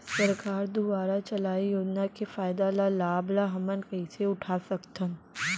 सरकार दुवारा चलाये योजना के फायदा ल लाभ ल हमन कइसे उठा सकथन?